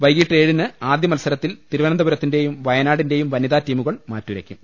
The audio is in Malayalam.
വൈകീട്ട് ഏഴിന് ആദ്യമത്സരത്തിൽ തിരുവനന്തപുരത്തി ന്റെയും വയനാടിന്റെയും വനിതാടീമുകൾ മാറ്റുരയ്ക്കും